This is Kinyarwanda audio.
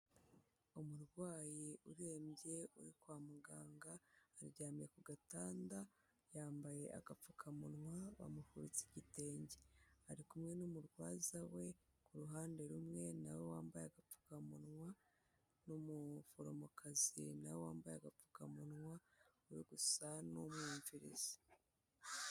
Umurwayi urembye uri kwa muganga aryamye ku gatanda yambaye agapfukamunwa bamufubitse igitenge ari kumwe n'umurwaza we ku ruhande rumwe nawe wambaye agapfupamunwa n'umuforomokazi nawe wambaye agapfukamunwa uri gusa n'umwumvirizi.